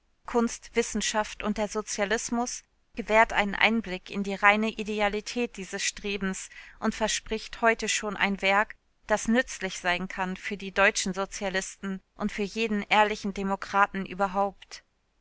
kunst wissenschaft und der sozialismus gewährt einen einblick in die reine idealität dieses strebens und verspricht heute schon ein werk das nützlich sein kann für die deutschen sozialisten und für jeden ehrlichen demokraten überhaupt